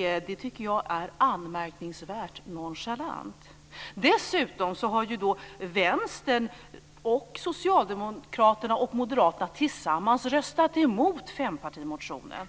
Det tycker jag är anmärkningsvärt nonchalant. Dessutom har Vänstern, Socialdemokraterna och Moderaterna i utskottet tillsammans röstat emot fempartimotionen.